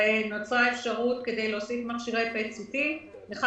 ונוצרה אפשרות להוסיף מכשירי PET-CT. אחד